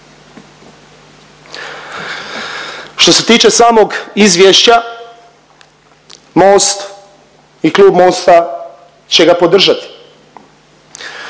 Što se tiče samog izvješća, Most i klub Mosta će ga podržati.